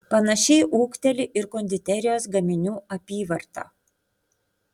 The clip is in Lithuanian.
panašiai ūgteli ir konditerijos gaminių apyvarta